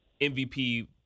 MVP